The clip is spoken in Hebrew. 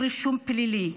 רישום פלילי.